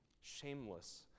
shameless